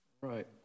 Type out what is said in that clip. Right